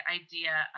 idea